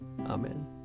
Amen